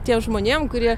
tiem žmonėm kurie